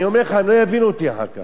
אני אומר לך, לא יבינו אותי אחר כך.